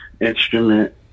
instrument